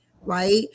right